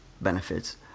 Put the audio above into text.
benefits